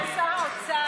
אדוני סגן שר האוצר,